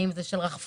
האם זה של רחפן.